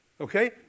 Okay